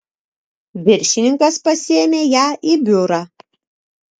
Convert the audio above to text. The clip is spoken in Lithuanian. viršininkas pasiėmė ją į biurą